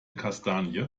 kastanie